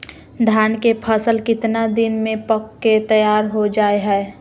धान के फसल कितना दिन में पक के तैयार हो जा हाय?